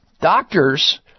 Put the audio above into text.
doctors